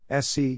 SC